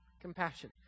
Compassion